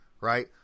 right